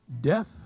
death